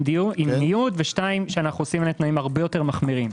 עם ניוד ושתיים שאנו עושים להם תנאים הרבה יותר מחמירים.